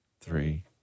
Three